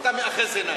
אתה מאחז עיניים.